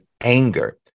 anger